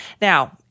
Now